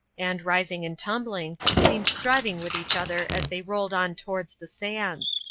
and, rising and tumbling, seemed striving with each other as they rolled on towards the sands.